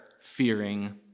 fearing